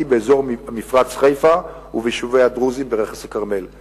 באזור מפרץ חיפה וביישובי הדרוזים ברכס הכרמל.